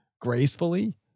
gracefully